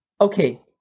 Okay